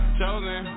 chosen